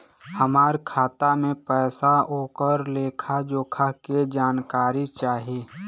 हमार खाता में पैसा ओकर लेखा जोखा के जानकारी चाही?